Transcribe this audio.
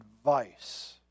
advice